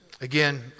Again